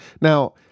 Now